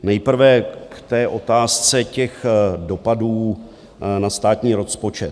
Nejprve k otázce těch dopadů na státní rozpočet.